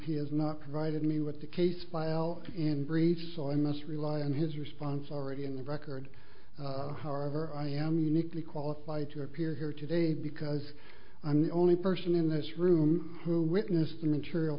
not provided me with the case file in brief so i must rely on his response already in the record however i am uniquely qualified to appear here today because i'm the only person in this room who witnessed the material